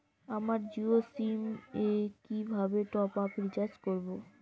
আমার জিও সিম এ কিভাবে টপ আপ রিচার্জ করবো?